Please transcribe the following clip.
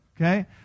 okay